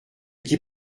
qui